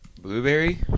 blueberry